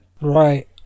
right